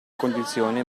condizione